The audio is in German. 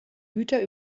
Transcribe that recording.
güter